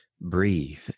breathe